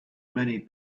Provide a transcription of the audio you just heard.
many